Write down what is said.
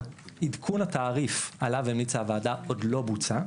עדכון התעריף עליו המליצה הוועדה עוד לא בוצע.